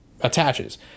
attaches